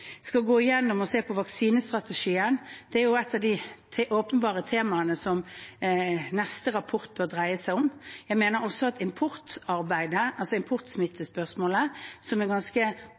skal gå gjennom og se på vaksinestrategien. Det er et av de åpenbare temaene som neste rapport bør dreie seg om. Jeg mener også at importsmittespørsmålet, som er ganske